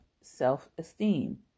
self-esteem